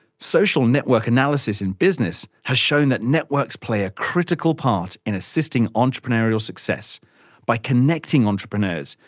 social network analysis in business has shown that networks play a critical part in assisting entrepreneurial success by connecting entrepreneurs,